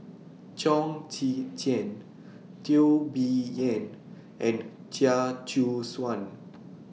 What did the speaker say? Chong Tze Chien Teo Bee Yen and Chia Choo Suan